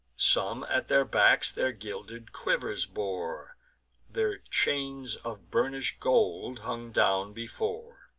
some at their backs their gilded quivers bore their chains of burnish'd gold hung down before.